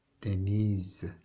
Denise